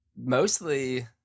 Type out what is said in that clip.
mostly